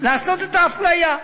לעשות את האפליה.